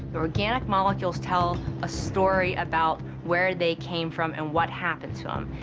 organic molecules tell a story about where they came from and what happened to